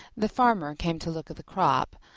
the farmer came to look at the crop,